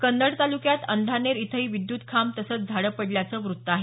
कन्नड तालुक्यात अंधानेर इथंही विद्यत खांब तसंच झाडं पडल्याचं वृत्त आहे